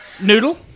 Noodle